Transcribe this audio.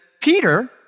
Peter